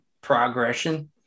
progression